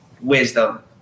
wisdom